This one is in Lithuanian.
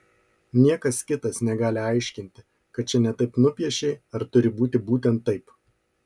niekas kitas negali aiškinti kad čia ne taip nupiešei ar turi būti būtent taip